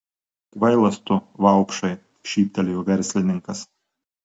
kvailas tu vaupšai šyptelėjo verslininkas